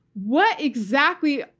what exactly,